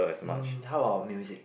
mm how about music